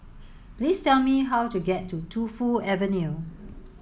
please tell me how to get to Tu Fu Avenue